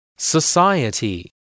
Society